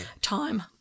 time